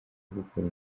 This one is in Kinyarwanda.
gukora